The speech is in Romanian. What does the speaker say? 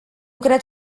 cred